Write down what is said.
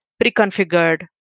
pre-configured